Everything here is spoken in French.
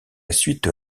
suite